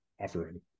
offering